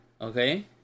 Okay